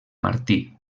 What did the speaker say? martí